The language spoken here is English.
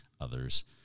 others